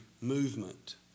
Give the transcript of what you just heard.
movement